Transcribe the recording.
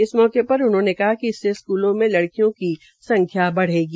इस मौके पर उन्होंने इससे स्कूलों में ल्ड़कियों की संख्या बढ़ेगी